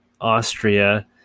Austria